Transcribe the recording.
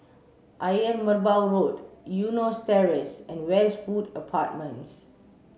Ayer Merbau Road Eunos Terrace and Westwood Apartments